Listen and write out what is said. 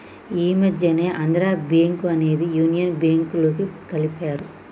ఈ మధ్యనే ఆంధ్రా బ్యేంకు అనేది యునియన్ బ్యేంకులోకి కలిపారు